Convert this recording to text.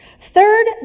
Third